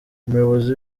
umuyobozi